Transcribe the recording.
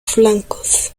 flancos